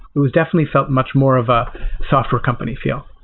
it definitely felt much more of a software company feel.